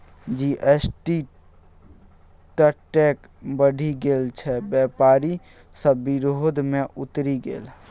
GST ततेक बढ़ि गेल जे बेपारी सभ विरोध मे उतरि गेल